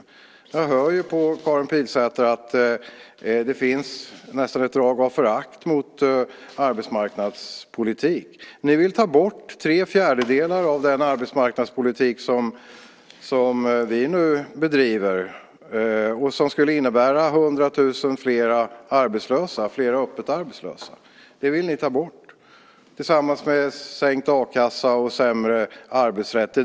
Jag hör ju på Karin Pilsäter att det finns nästan ett drag av förakt mot arbetsmarknadspolitik. Ni vill ta bort tre fjärdedelar av den arbetsmarknadspolitik som vi nu bedriver, vilket skulle innebära 100 000 fler öppet arbetslösa. Detta vill ni göra, tillsammans med sänkt a-kassa och sämre arbetsrätt.